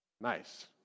Nice